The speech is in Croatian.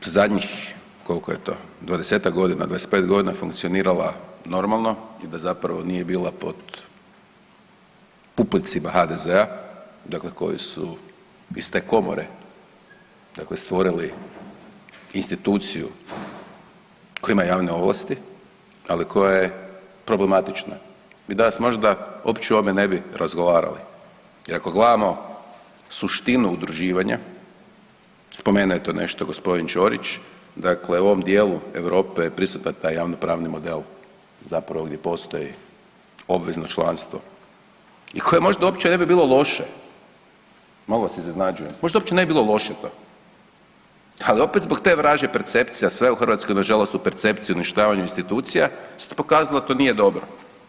Da komora zadnjih koliko je to 20-ak godina, 25 godina funkcionirala normalno i da zapravo nije bila pod pupoljcima HDZ-a koji su iz te komore stvorili instituciju koja ima javne ovlasti, ali koja je problematična mi danas možda uopće ovdje ne bi razgovarali jer ako gledamo suštinu udruživanja, spomenuo je to nešto g. Ćorić, dakle u ovom dijelu Europe je prisutan taj javnopravni model zapravo ovdje postoji obvezno članstvo i koje možda uopće ne bi bilo loše, malo vas iznenađujem, možda uopće ne bi bilo loše, ali opet zbog te vražje percepcije, a sve u Hrvatskoj nažalost u percepciji i uništavanju institucija se pokazalo da to nije dobro.